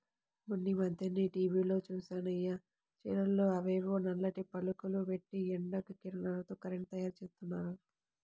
మొన్నీమధ్యనే టీవీలో జూశానయ్య, చేలల్లో అవేవో నల్లటి పలకలు బెట్టి ఎండ కిరణాలతో కరెంటు తయ్యారుజేత్తన్నారు